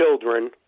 children